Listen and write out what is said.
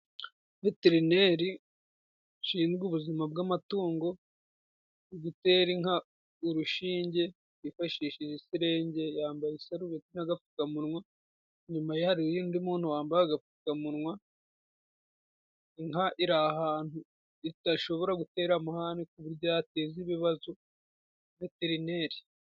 Veterineri ushinzwe ubuzima bw'amatungo ari gutera inka urushinge yifashishije isirenge. Yambaye isarubeti n'agapfukamunwa, inyuma ye hari yo undi muntu wambara agapfukamunwa. Inka iri ahantu idashobora gutera amahane ku uburyo itateza ibibazo veterineri.